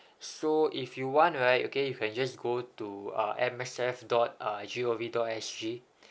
so if you want right okay you can just go to uh M S F dot uh g o v dot s g